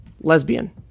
Lesbian